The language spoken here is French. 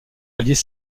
alliés